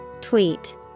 Tweet